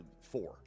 four